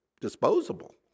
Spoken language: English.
disposable